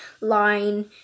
Line